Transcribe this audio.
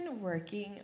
working